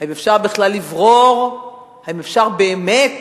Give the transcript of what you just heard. האם אפשר בכלל לברור, האם אפשר באמת